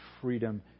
freedom